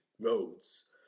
roads